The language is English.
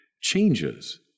changes